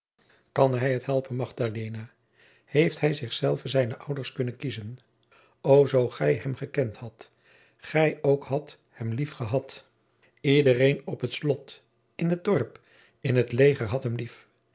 kan hij het helpen magdalena heeft hij zichzelven zijne ouders kunnen kiezen o zoo gij hem gekend hadt gij ook hadt hem lief gehad iedereen op het slot in het dorp in het leger had hem lief